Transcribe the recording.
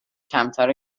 کمتر